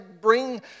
bring